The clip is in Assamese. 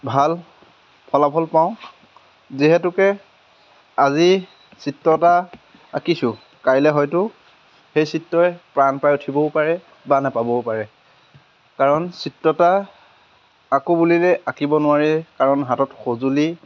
ভাল ফলাফল পাওঁ যিহেতুকে আজি চিত্ৰ এটা আঁকিছোঁ কাইলৈ হয়তো সেই চিত্ৰই প্ৰাণ পাই উঠিবও পাৰে বা নেপাবও পাৰে কাৰণ চিত্ৰ এটা আঁকো বুলিলে আঁকিব নোৱাৰে কাৰণ হাতত সঁজুলি